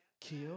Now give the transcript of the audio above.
kill